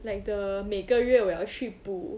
like the 每个月我要去补